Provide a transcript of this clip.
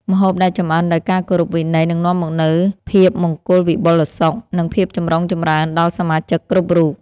ម្ហូបដែលចម្អិនដោយការគោរពវិន័យនឹងនាំមកនូវភាពមង្គលវិបុលសុខ និងភាពចម្រុងចម្រើនដល់សមាជិកគ្រប់រូប។